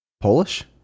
Polish